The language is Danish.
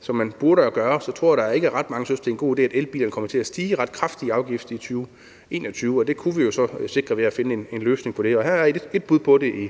hvilket man burde gøre, så tror jeg ikke, der er ret mange, der synes, det er en god idé, at elbilerne kommer til at stige ret kraftigt i afgift i 2021, og det kunne vi jo så sikre ved at finde en løsning på det. Her i